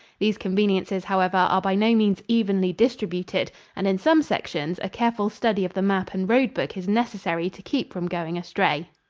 these conveniences, however, are by no means evenly distributed and in some sections a careful study of the map and road-book is necessary to keep from going astray.